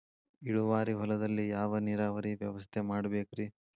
ಇಳುವಾರಿ ಹೊಲದಲ್ಲಿ ಯಾವ ನೇರಾವರಿ ವ್ಯವಸ್ಥೆ ಮಾಡಬೇಕ್ ರೇ?